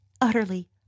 Utterly